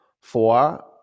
four